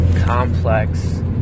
complex